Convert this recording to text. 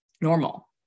normal